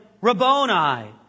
Rabboni